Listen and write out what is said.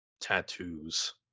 tattoos